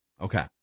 Okay